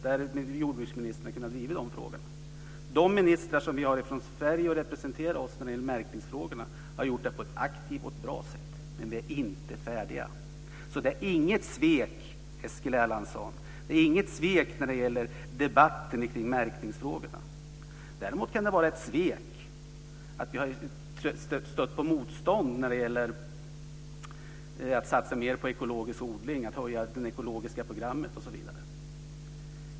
De ministrar som representerat Sverige när det gäller märkningsfrågorna har gjort det på ett aktivt och bra sätt. Men vi är inte färdiga. Det är alltså inget svek, Eskil Erlandsson, när det gäller debatten kring märkningsfrågorna. Däremot kan det vara ett svek att vi har stött på motstånd när det gäller att satsa mer på ekologisk odling, att höja det ekologiska programmet osv.